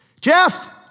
Jeff